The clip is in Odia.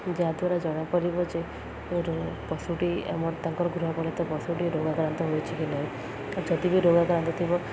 ଯାହାଦ୍ୱାରା ଜଣାପଡ଼ିବ ଯେ ପଶୁଟି ଆମ ତାଙ୍କର ଗୃହପାଳିତ ତ ପଶୁଟି ରୋଗାକ୍ରାନ୍ତ ହୋଇଛି କି ନାହିଁ ଯଦି ବି ରୋଗକ୍ରାନ୍ତ ଥିବ